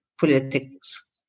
politics